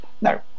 No